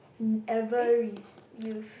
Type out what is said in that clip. ever received